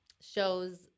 shows